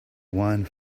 wine